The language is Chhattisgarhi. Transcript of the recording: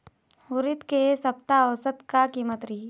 उरीद के ए सप्ता औसत का कीमत रिही?